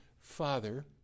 Father